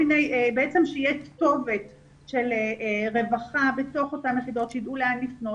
בעצם שתהיה כתובת של רווחה בתוך אותן יחידות שידעו לאן לפנות.